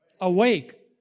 Awake